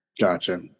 Gotcha